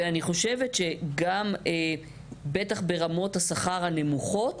ואני חושבת שגם בטח ברמות השכר הנמוכות